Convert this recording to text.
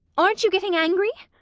aren't you getting angry?